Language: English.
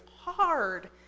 hard